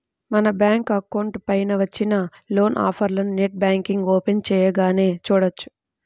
మన bank account పైన వచ్చిన లోన్ ఆఫర్లను నెట్ బ్యాంకింగ్ ఓపెన్ చేయగానే చూడవచ్చు